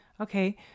Okay